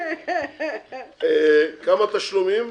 כמה תשלומים?